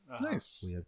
Nice